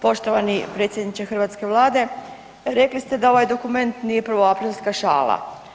Poštovani predsjedniče hrvatske Vlade, rekli da ovaj dokument nije prvoaprilska šala.